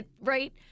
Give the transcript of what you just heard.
Right